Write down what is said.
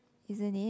isn't it